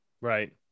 Right